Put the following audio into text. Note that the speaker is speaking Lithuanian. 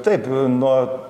taip nuo